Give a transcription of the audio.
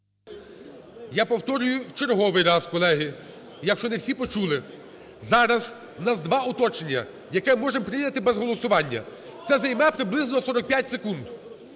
Я повторюю в черговий раз, колеги, якщо не всі почули. Зараз у нас два уточнення, яке ми можемо прийняти без голосування, це займе приблизно 45 секунд.